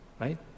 Right